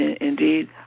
indeed